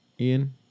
Ian